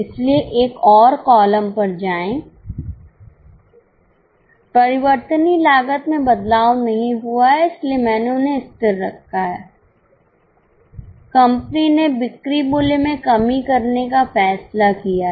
इसलिए एक और कॉलम पर जाएं परिवर्तनीय लागत में बदलाव नहीं हुआ है इसलिए मैंने उन्हें स्थिर रखा है कंपनी ने बिक्री मूल्य में कमी करने का फैसला किया है